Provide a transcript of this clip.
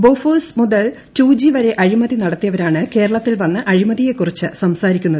Bofors മുതൽ two G വരെ അഴിമതി നടത്തിയവരാണ് കേരളത്തിൽ വന്ന് അഴിമതിയെക്കുറിച്ച് സംസാരിക്കുന്നത്